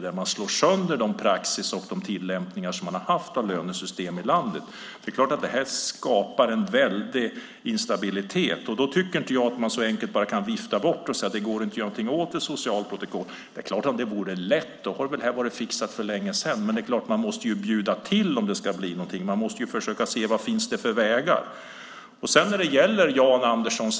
hur man slår sönder den praxis och den tillämpning som man har haft i fråga om lönesystem i landet. Det är klart att detta skapar en stor instabilitet. Då tycker inte jag att man så enkelt bara kan vifta bort det och säga att det inte går att göra någonting åt ett socialt protokoll. Det är klart att om det vore lätt hade detta varit fixat för länge sedan. Men det är klart att man måste bjuda till om det ska bli någonting. Man måste försöka se vilka vägar som finns.